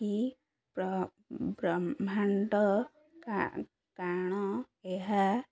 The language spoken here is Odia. କି ବ୍ରହ୍ମାଣ୍ଡ କ'ଣ ଏହା